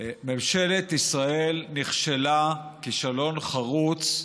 ממשלת ישראל נכשלה כישלון חרוץ.